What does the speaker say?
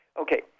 Okay